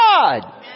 God